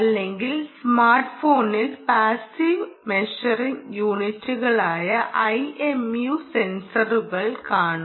അല്ലെങ്കിൽ സ്മാർട്ട് ഫോണിൽ passive measuring യൂണിറ്റുകളായ IMU സെൻസറുകൾ കാണും